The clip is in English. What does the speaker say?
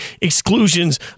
Exclusions